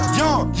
young